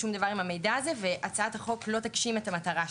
שום דבר עם המידע הזה והצעת החוק לא תגשים את המטרה שלה.